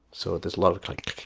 so there's a lot of clicking